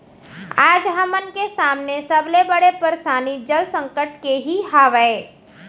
आज हमन के सामने सबले बड़े परसानी जल संकट के ही हावय